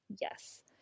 Yes